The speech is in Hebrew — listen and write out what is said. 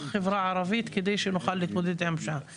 החברה הערבית כדי שנוכל להתמודד עם הפשיעה,